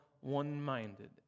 one-minded